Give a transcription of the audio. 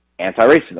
anti-racism